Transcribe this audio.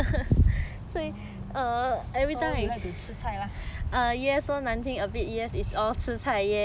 so you like to 吃菜 lah